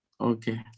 Okay